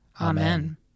Amen